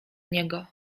niego